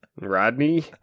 Rodney